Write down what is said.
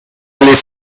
allait